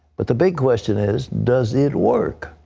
but the big question is does it work?